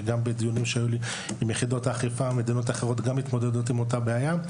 גם מדינות אחרות מתמודדות עם אותה הבעיה.